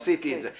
עשיתי את זה.